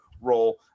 role